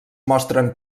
mostren